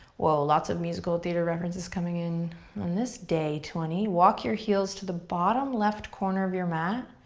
whoa, lots of musical theater references coming in on this day twenty. walk your heels to the bottom left corner of your mat.